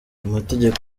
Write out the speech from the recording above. amategeko